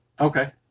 Okay